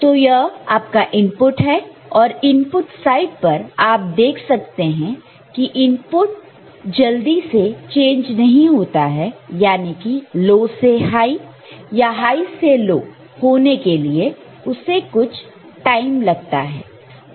तो यह आपका इनपुट है और इनपुट साइड पर आप देख सकते हैं की इनपुट जल्दी से चेंज नहीं होता है यानी कि लो से हाई या हाई से लो होने के लिए उसे कुछ टाइम लगता है